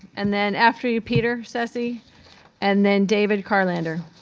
and then after you, peter cessy and then david carlander.